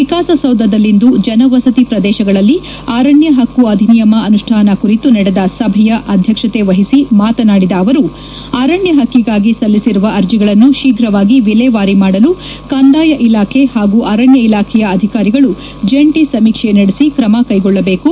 ವಿಕಾಸಸೌಧದಲ್ಲಿಂದು ಜನವಸತಿ ಪ್ರದೇಶಗಳಲ್ಲಿ ಅರಣ್ಯ ಹಕ್ಕು ಅಧಿನಿಯಮ ಅನುಷ್ಠಾನ ಕುರಿತು ನಡೆದ ಸಭೆಯ ಅಧ್ಯಕ್ಷತೆವಹಿಸಿ ಮಾತನಾಡಿದ ಅವರು ಅರಣ್ಯ ಹಕ್ಕಿಗಾಗಿ ಸಲ್ಲಿಸಿರುವ ಅರ್ಜಿಗಳನ್ನು ಶೀಘವಾಗಿ ವಿಲೇವಾರಿ ಮಾಡಲು ಕಂದಾಯ ಇಲಾಖೆ ಹಾಗೂ ಅರಣ್ಯ ಇಲಾಖೆಯ ಅಧಿಕಾರಿಗಳು ಜಂಟಿ ಸಮೀಕ್ಷೆ ನಡೆಸಿ ಕ್ರಮಕೈಗೊಳ್ಳಬೇಕು